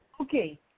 Okay